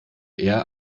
eher